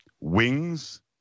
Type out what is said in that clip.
Wings